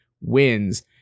wins